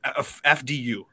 FDU